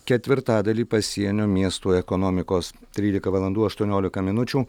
ketvirtadalį pasienių miestų ekonomikos trylika valandų aštuoniolika minučių